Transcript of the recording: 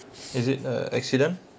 is it a accident